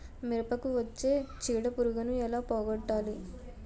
మిరపకు వచ్చే చిడపురుగును ఏల పోగొట్టాలి?